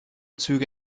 züge